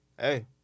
hey